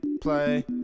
Play